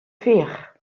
fih